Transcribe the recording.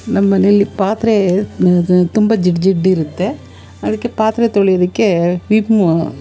ನಮ್ಮನೆಲ್ಲಿ ಪಾತ್ರೆ ತುಂಬ ಜಿಡ್ಡು ಜಿಡ್ಡಿರುತ್ತೆ ಅದಕ್ಕೆ ಪಾತ್ರೆ ತೊಳೆಯೋದಕ್ಕೆ ವಿಮ್ಮು